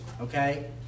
okay